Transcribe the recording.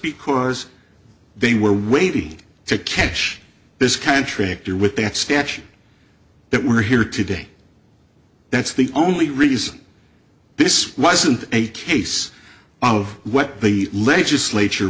because they were waiting to cash this contract or with that statute that we're here today that's the only reason this wasn't a case of what the legislature